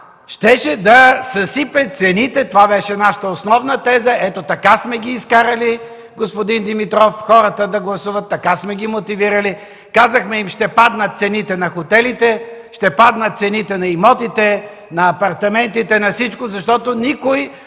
щеше да съсипе цените. Това беше нашата основна теза. Ето, така сме ги изкарали, господин Димитров, хората да гласуват, така сме ги мотивирали. Казахме им: „Ще паднат цените на хотелите, ще паднат цените на имотите, на апартаментите, на всичко, защото никой